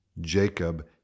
Jacob